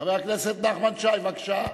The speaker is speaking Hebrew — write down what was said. חבר הכנסת נחמן שי, בבקשה,